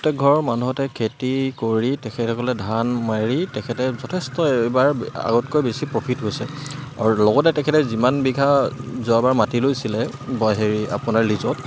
প্ৰত্যেক ঘৰৰ মানুহতে খেতি কৰি তেখেতসকলে ধান মাৰি তেখেতে যথেষ্ট এইবাৰ আগতকৈ বেছি প্ৰফিট হৈছে আৰু লগতে তেখেতে যিমান বিঘা যোৱাবাৰ মাতি লৈছিলে গ হেৰি আপোনাৰ লিজত